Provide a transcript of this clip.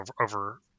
over